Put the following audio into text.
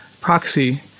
proxy